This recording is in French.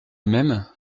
même